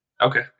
Okay